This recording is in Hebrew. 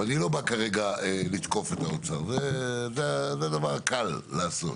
אני לא בא כרגע לתקוף את האוצר, זה דבר קל לעשות.